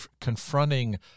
confronting